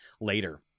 later